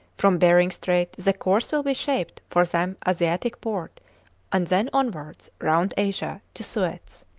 from behring strait the course will be shaped for some asiatic port and then onwards round asia to suez.